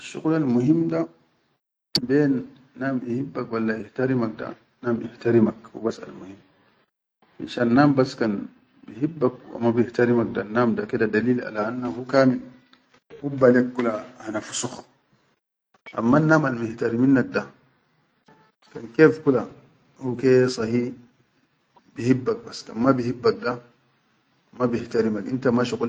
Asshuqulal muhim da bilen nadam ihibbak walla ihtarimak da nadum ihibbak ihtarimak hubas al muhim fishan nadum bas kan bihibbak wal ma bihtarimak da annadum da ke da dalil ala anma hu kamin hubba lek kula hana fuskh ammannam almuhtariminnak da kan kef kula huke sahi bihibbak bas kan ma bihibbak da ma bihtarimak inta.